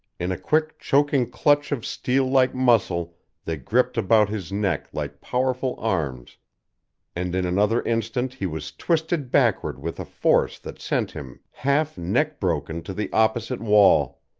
in a quick choking clutch of steel-like muscle they gripped about his neck like powerful arms and in another instant he was twisted backward with a force that sent him half neck-broken to the opposite wall.